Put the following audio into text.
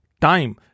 time